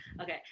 Okay